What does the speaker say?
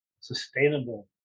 sustainable